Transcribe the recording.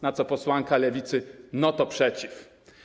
Na co posłanka Lewicy: no to przeciw.